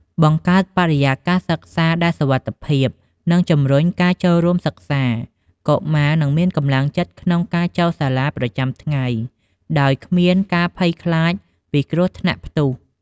បង្កើតបរិយាកាសសិក្សាដែលសុវត្ថិភាព និងជំរុញការចូលរួមសិក្សា កុមារនឹងមានកម្លាំងចិត្តក្នុងការចូលសាលាប្រចាំថ្ងៃ ដោយគ្មានការភ័យខ្លាចពីគ្រោះថ្នាក់ផ្ទុះ។